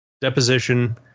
deposition